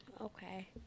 Okay